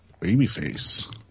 Babyface